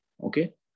Okay